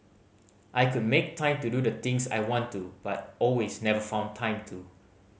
I could make time to do the things I want to but always never found time to